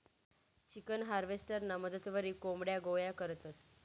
chicken हार्वेस्टरना मदतवरी कोंबड्या गोया करतंस